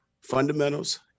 Fundamentals